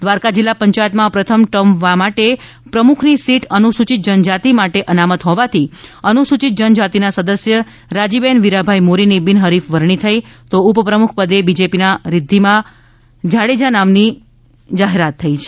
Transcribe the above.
દ્વારકા જિલ્લા પંચાયતમાં પ્રથમ ટર્મ માટે પ્રમુખની સીટ અનુસૂચિત જનજાતી માટે અનામત હોવાથી અનુસૂચિત જન જાતિના સદસ્ય રાજીબેન વિરાભાઈ મોરીની બિનહરીફ વરણી થઈ હતી તો ઉપપ્રમુખ પદે બીજેપીના રિદ્વિબા જાડેજાના નામની જાહેરાત થઈ છે